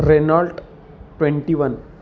Renault twenty one